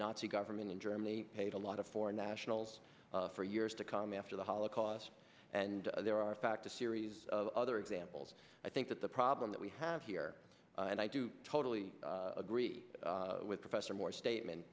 nazi government in germany paid a lot of foreign nationals for years to come after the holocaust and there are fact a series of other examples i think that the problem that we have here and i do totally agree with professor moore statement